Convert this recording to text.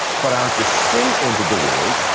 but after sin entered the world,